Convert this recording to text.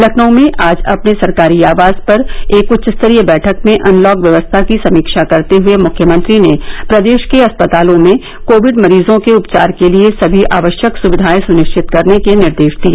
लखनऊ में आज अपने सरकारी आवास पर एक उच्च स्तरीय बैठक में अनलॉक व्यवस्था की समीक्षा करते हए मुख्यमंत्री ने प्रदेश के अस्पतालों में कोविड मरीजों के उपचार के लिए सभी आवश्यक सुविधाएं सुनिश्चित करने के निर्देश दिए